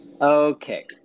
okay